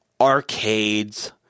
arcades